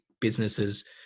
businesses